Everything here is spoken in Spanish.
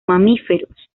mamíferos